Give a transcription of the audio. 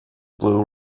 blue